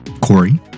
Corey